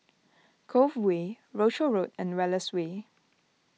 Cove Way Rochor Road and Wallace Way